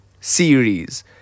series